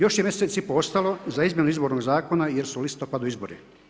Još je mjesec i pol ostalo za izmjenu Izbornog zakona jer su u listopadu izbori.